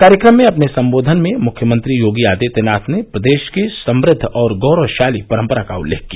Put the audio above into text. कार्यक्रम में अपने संबोघन में मुख्यमंत्री योगी आदित्यनाथ ने प्रदेश की समृद्ध और गौरवशाली परंपरा का उल्लेख किया